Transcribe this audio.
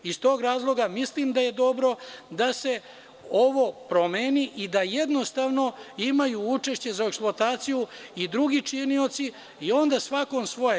Iz tog razloga, mislim da je dobro da se ovo promeni i da jednostavno imaju učešće za eksploataciju i drugi činioci i onda svakom svoje.